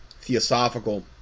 theosophical